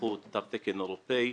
תו תקן אירופי.